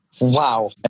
Wow